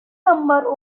number